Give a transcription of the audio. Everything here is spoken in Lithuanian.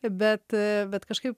bet bet kažkaip